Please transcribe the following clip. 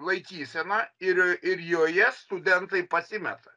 laikysena ir ir joje studentai pasimeta